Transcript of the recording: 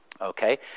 Okay